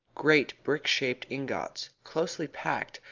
great brick-shaped ingots, closely packed,